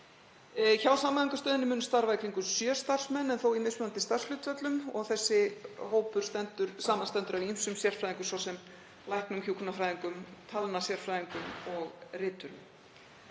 Hjá Samhæfingarstöðinni munu starfa í kringum sjö starfsmenn, en þó í mismunandi starfshlutföllum. Þessi hópur samanstendur af ýmsum sérfræðingum, svo sem læknum, hjúkrunarfræðingum, talnasérfræðingum og riturum.